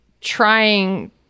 trying